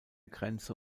grenzen